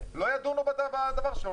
לא ידונו בדבר שלו.